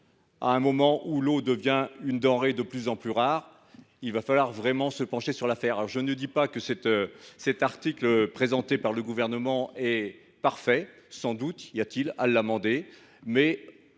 À un moment où l’eau devient une denrée de plus en plus rare, il faut vraiment se pencher sur l’affaire. Je ne dis pas que l’article présenté par le Gouvernement est parfait – sans doute faut il l’amender –, mais